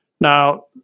Now